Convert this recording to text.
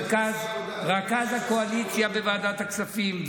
רכז הקואליציה בוועדת הכספים,